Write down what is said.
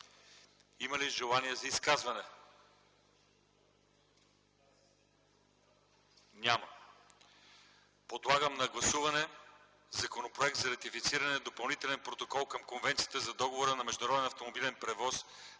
Има ли желание за изказвания? Няма. Подлагам на гласуване Законопроект за ратифициране на Допълнителен протокол към Конвенция за Договора за